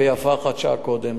ויפה שעה אחת קודם.